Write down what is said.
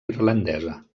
irlandesa